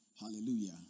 Hallelujah